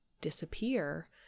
disappear